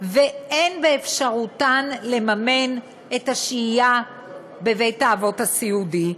ואין באפשרותן לממן את השהייה בבית-האבות הסיעודי,